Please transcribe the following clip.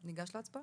אנחנו ניגש להצבעה.